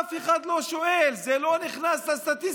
אף אחד לא שואל, זה לא נכנס לסטטיסטיקה,